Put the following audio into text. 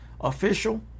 official